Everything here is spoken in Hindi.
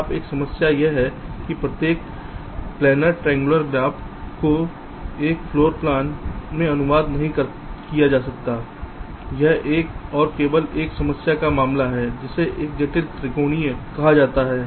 अब एक समस्या यह है कि प्रत्येक प्लैनेर त्रिअंगुलार ग्राफ को एक फ्लोर प्लान में अनुवाद नहीं किया जा सकता है यह एक और केवल एक समस्या का मामला है जिसे एक जटिल त्रिकोण कहा जाता है